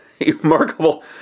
remarkable